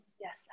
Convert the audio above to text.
Yes